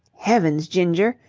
heavens, ginger!